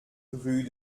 rue